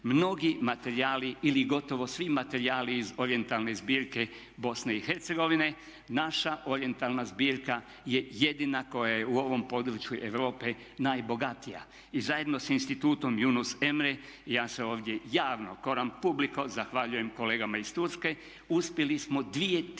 mnogi materijali ili gotovo svi materijali iz orijentalne zbirke Bosne i Hercegovine, naša orijentalna zbirka je jedina koja je u ovom području Europe najbogatija. I zajedno sa institutom Yunus Emre ja se ovdje javno coran publico zahvaljujem kolega iz Turske, uspjeli smo 2100